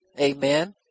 Amen